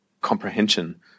comprehension